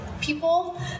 people